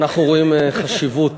חשיבות